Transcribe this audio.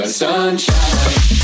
sunshine